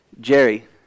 Jerry